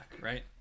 right